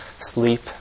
sleep